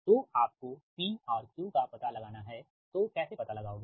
तो आपको P और Q का पता लगाना हैतो कैसे पता लगाओगे